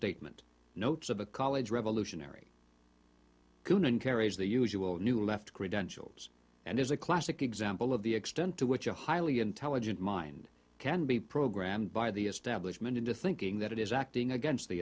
statement notes of a college revolutionary coonan carries the usual new left credentials and is a classic example of the extent to which a highly intelligent mind can be programmed by the establishment into thinking that it is acting against the